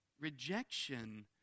rejection